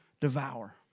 devour